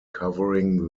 covering